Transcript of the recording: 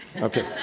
Okay